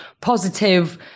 positive